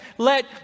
Let